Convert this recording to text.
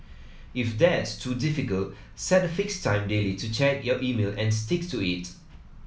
if that's too difficult set a fixed time daily to check your email and stick to it